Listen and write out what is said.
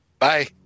Bye